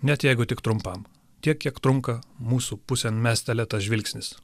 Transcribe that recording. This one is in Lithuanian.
net jeigu tik trumpam tiek kiek trunka mūsų pusėn mestelėtas žvilgsnis